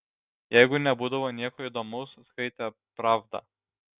jeigu nebūdavo nieko įdomaus skaitė pravdą